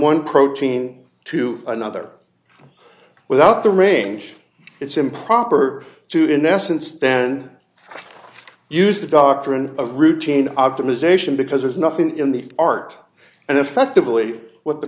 one protein to another without the range it's improper to in essence then use the doctrine of routine optimization because there's nothing in the art and effectively what the